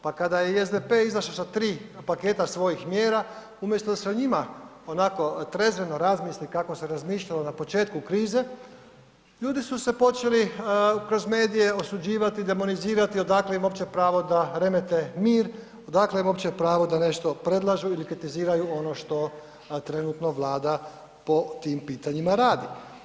Pa kada je i SDP izašao sa 3 paketa svojih mjera umjesto da sa njima onako trezveno razmisli kako se razmišljalo na početku krize, ljudi su se počeli kroz medije osuđivati, demonizirati odakle im uopće pravo da remete mir, odakle im uopće pravo da nešto predlažu ili kritiziraju ono što trenutno Vlada po tim pitanjima radi.